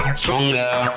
stronger